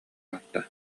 барда